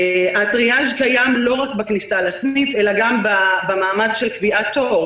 הטריאז' קיים לא רק בכניסה לסניף אלא גם במעמד של קביעת תור.